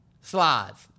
slides